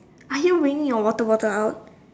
are you bringing your water bottle out